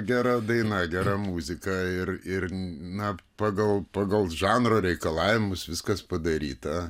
gera daina gera muzika ir ir na pagal pagal žanro reikalavimus viskas padaryta